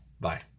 Bye